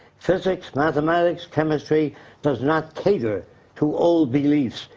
physics, mathematics, chemistry does not cater to all beliefs.